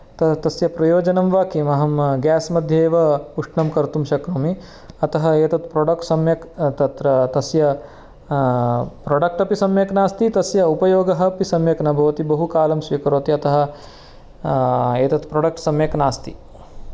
त तस्य प्रयोजनं वा किं अहं गेस् मध्ये एव उष्णं कर्तुं शक्नोमि अतः एतद् प्रोडक्ट् सम्यक् तत्र तस्य प्रोडक्ट् अपि सम्यक् नास्ति तस्य उपयोगः अपि सम्यक् न भवति बहुकालं स्वीकरोति अतः एतद् प्रोडक्ट् सम्यक् नास्ति